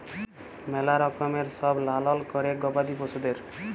ম্যালা রকমের সব লালল ক্যরে গবাদি পশুদের